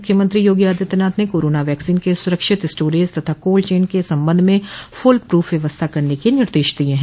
मुख्यमंत्री योगी आदित्यनाथ ने corona vaccine के सुरक्षित स्टोरोज तथा कोल्ड चेन के संबंध म फूलप्रूफ व्यवस्था करने के निर्देश दिये हैं